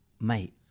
mate